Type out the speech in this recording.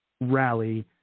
rally